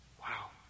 Wow